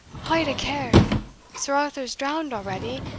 haud a care sir arthur's drowned already,